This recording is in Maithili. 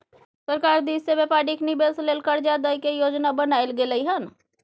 सरकार दिश से व्यापारिक निवेश लेल कर्जा दइ के योजना बनाएल गेलइ हन